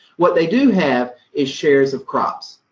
what they do have is shares of crops.